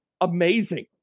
amazing